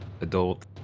Adult